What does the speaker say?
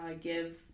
give